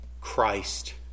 Christ